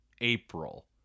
april